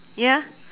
ya